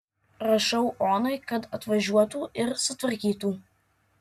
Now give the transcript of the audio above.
rašau onai kad atvažiuotų ir sutvarkytų